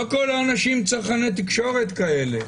לא כל האנשים צרכני תקשורת כאלה.